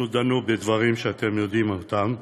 אנחנו דנו בדברים, שאתם יודעים אותם,